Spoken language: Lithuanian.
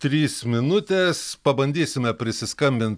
trys minutės pabandysime prisiskambin